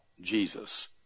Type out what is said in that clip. Jesus